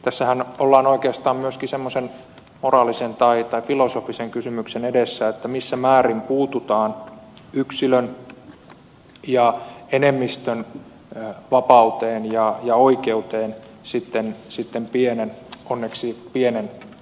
tässähän ollaan oikeastaan myöskin semmoisen moraalisen tai filosofisen kysymyksen edessä missä määrin puututaan yksilön ja enemmistön vapauteen ja oikeuteen pienen onneksi pienen ryhmän vuoksi